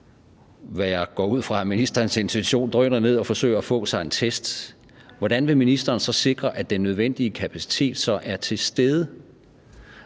hvad jeg går ud fra er ministerens intention, drøner ned og forsøger at få sig en test, hvordan vil ministeren så sikre, at den nødvendige kapacitet er til stede?